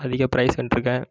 அதிக ப்ரைஸ் வென்றுருக்கேன்